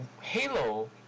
Halo